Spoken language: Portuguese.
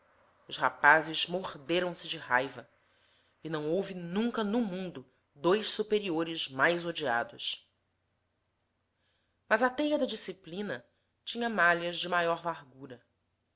os rapazes morderam se de raiva e não houve nunca no mundo dois superiores mais odiados mas a teia da disciplina tinha malhas de maior largura